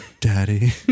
daddy